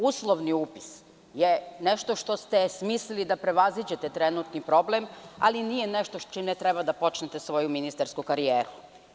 Uslovni upis je nešto što ste smislili da prevaziđete trenutni problem, ali i nije nešto sa čime treba da počnete svoju ministarsku karijeru.